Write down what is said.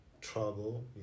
trouble